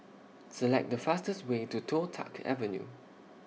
Select The fastest Way to Toh Tuck Avenue